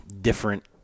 different